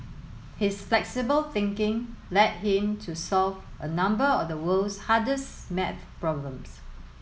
his flexible thinking led him to solve a number of the world's hardest maths problems